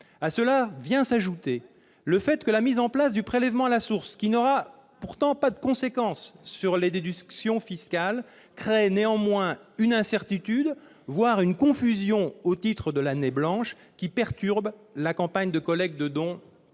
À cela vient s'ajouter le fait que la mise en place du prélèvement à la source, qui n'aura pourtant pas de conséquences sur les déductions fiscales, crée une incertitude, voire une confusion, l'année blanche perturbant la campagne de collecte de dons